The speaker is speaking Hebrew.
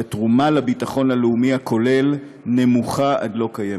והתרומה לביטחון הלאומי הכולל נמוכה עד לא קיימת.